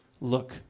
Look